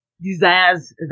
desires